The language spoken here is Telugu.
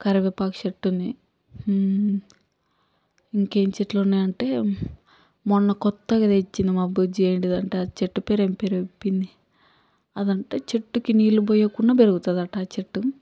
కరివేపాకు చెట్టు ఉంది ఇంకేం చెట్లు ఉన్నాయంటే మొన్న కొత్తగా తెచ్చినాం మా బుజ్జి ఏంటిది అంటే ఆ చెట్టు పేరు ఏమి పేరో చెప్పింది అదంట చెట్టుకి నీళ్లు పోయకున్నా పెరుగుతుంది అట ఆ చెట్టు